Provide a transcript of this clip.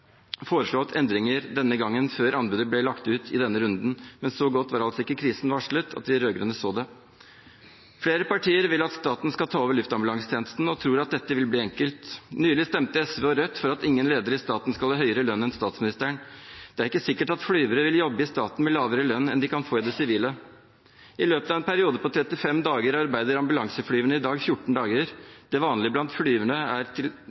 foreslått endringer denne gangen, før anbudet ble lagt ut i denne runden. Men så godt var altså ikke krisen varslet at de rød-grønne så det. Flere partier vil at staten skal ta over luftambulansetjenesten, og tror at dette vil bli enkelt. Nylig stemte SV og Rødt for at ingen ledere i staten skal ha bedre lønn enn statsministeren. Det er ikke sikkert at flyvere vil jobbe i staten med lavere lønn enn de kan få i det sivile. I løpet av en periode på 35 dager arbeider ambulanseflyverne i dag 14